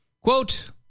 Quote